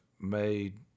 made